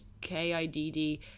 K-I-D-D